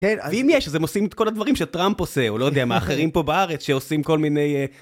ואם יש, אז הם עושים את כל הדברים שטראמפ עושה, או לא יודע, מאחרים פה בארץ שעושים כל מיני...